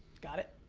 got it?